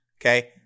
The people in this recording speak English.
Okay